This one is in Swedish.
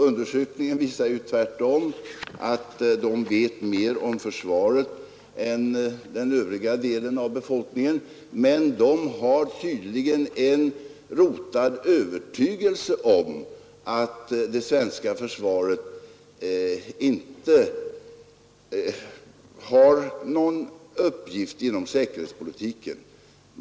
Undersökningen visar tvärtom att de vet mer om försvaret än den övriga delen av befolkningen. Men de har tydligen en rotad övertygelse om att det svenska försvaret inte har någon uppgift inom säkerhetspolitiken.